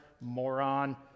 moron